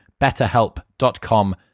betterhelp.com